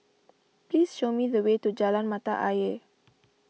please show me the way to Jalan Mata Ayer